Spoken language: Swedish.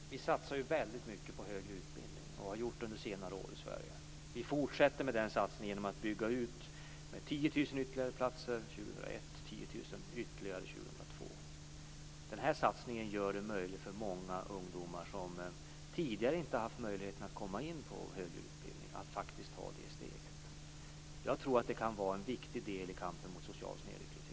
Herr talman! Vi satsar ju väldigt mycket på högre utbildning. Det har vi gjort under senare år i Sverige. Vi fortsätter med den satsningen genom att bygga ut med 10 000 ytterligare platser år 2001 och ytterligare 10 000 år 2002. Den här satsningen gör det möjligt för många ungdomar som inte tidigare haft möjlighet att komma in på högre utbildning att faktiskt ta det steget. Jag tror att det kan vara en viktig del i kampen mot social snedrekrytering.